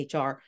HR